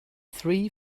three